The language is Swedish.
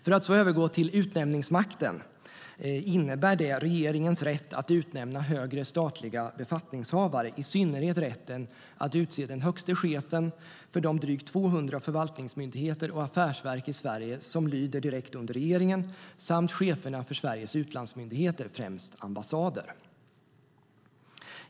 Jag ska övergå till utnämningsmakten, som är regeringens rätt att utnämna högre statliga befattningshavare, i synnerhet rätten att utse den högste chefen för de drygt 200 förvaltningsmyndigheter och affärsverk i Sverige som lyder direkt under regeringen samt cheferna för Sveriges utlandsmyndigheter, främst ambassader.